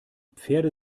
pferde